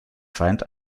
feind